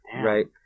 Right